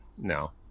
no